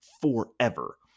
forever